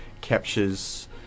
captures